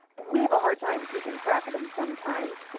we have a hard time keeping track of them sometimes.